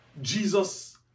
Jesus